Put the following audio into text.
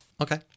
Okay